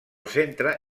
centre